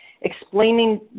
explaining